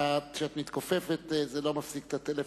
כשאת מתכופפת זה לא מפסיק את הטלפון,